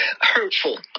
hurtful